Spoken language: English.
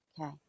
Okay